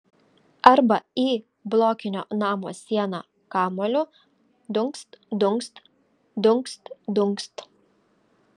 arba į blokinio namo sieną kamuoliu dunkst dunkst dunkst dunkst